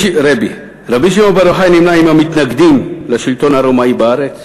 רבי שמעון בר יוחאי נמנה עם המתנגדים לשלטון הרומאי בארץ.